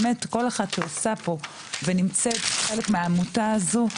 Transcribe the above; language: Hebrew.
באמת כל אחת שעושה פה ונמצאת חלק מהעמותה הזו,